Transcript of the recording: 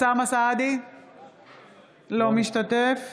אינו משתתף